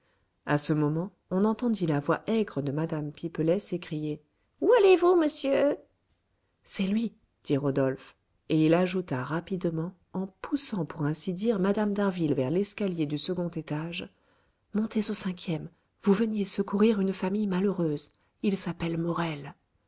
à ce moment on entendit la voix aigre de mme pipelet s'écrier où allez-vous monsieur c'est lui dit rodolphe et il ajouta rapidement en poussant pour ainsi dire mme d'harville vers l'escalier du second étage montez au cinquième vous veniez secourir une famille malheureuse ils s'appellent morel